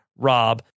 Rob